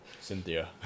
Cynthia